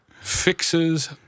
fixes